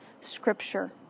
Scripture